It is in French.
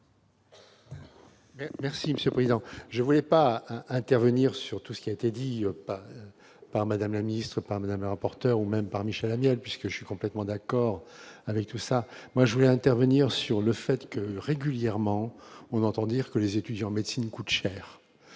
Merci Monsieur le Président, je voulais pas intervenir sur tout ce qui a été dit par Madame la ministre par Madame rapporteur ou même par Michel Amiel, puisque je suis complètement d'accord avec tout ça, moi je voulais intervenir sur le fait que régulièrement on entend dire que les étudiants en médecine coûte cher,